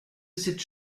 cette